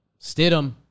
Stidham